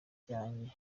ryanjye